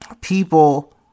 people